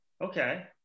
Okay